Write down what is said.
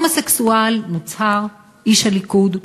הומוסקסואל מוצהר, איש הליכוד,